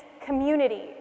community